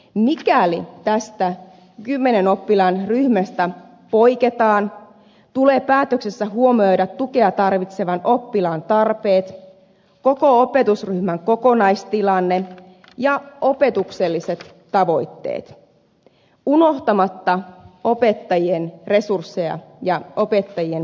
mikäli tästä kymmenen oppilaan ryhmästä poiketaan tulee päätöksessä huomioida tukea tarvitsevan oppilaan tarpeet koko opetusryhmän kokonaistilanne ja opetukselliset tavoitteet unohtamatta opettajien resursseja ja opettajien tilannetta